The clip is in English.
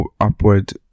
upward